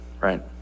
right